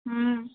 हूँ